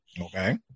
Okay